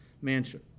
mansion